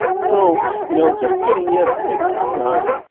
so you know just getting e s six done,